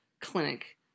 clinic